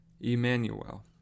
Emmanuel